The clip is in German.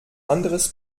anderes